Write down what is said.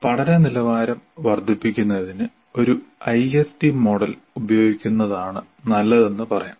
പഠന നിലവാരം വർദ്ധിപ്പിക്കുന്നതിന് ഒരു ഐഎസ്ഡി മോഡൽ ഉപയോഗിക്കുന്നതാണ് നല്ലതെന്ന് പറയാം